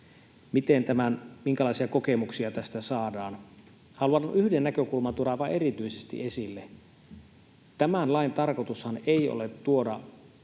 minkälaisia kokemuksia tästä saadaan. Haluan yhden näkökulman tuoda aivan erityisesti esille. Tämän lain tarkoitushan ei ole tuoda